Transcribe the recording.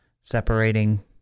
separating